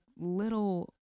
little